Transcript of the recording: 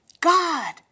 God